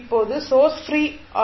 இப்போது source pre R